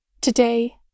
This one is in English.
Today